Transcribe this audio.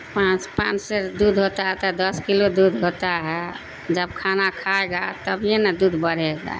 پانچ پانچ سیر دودھ ہوتا ہے تو دس کلو دودھ ہوتا ہے جب کھانا کھائے گا تبھی نا دودھ بڑھے گا